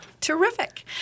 terrific